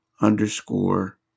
underscore